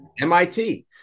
MIT